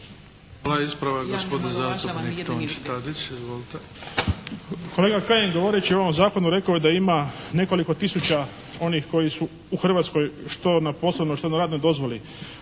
Hvala. Ispravak gospodin zastupnik Tonči Tadić. Izvolite. **Tadić, Tonči (HSP)** Kolega Kajin govoreći o ovom zakonu rekao je da ima nekoliko tisuća onih koji su u Hrvatskoj što na poslovnoj što na radnoj dozvoli.